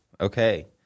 okay